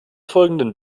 folgenden